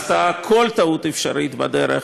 וחיפה כימיקלים עשתה כל טעות אפשרית בדרך,